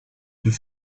deux